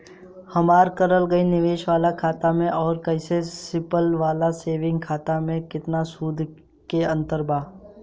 हमार करल गएल निवेश वाला खाता मे आउर ऐसे सिंपल वाला सेविंग खाता मे केतना सूद के अंतर बा?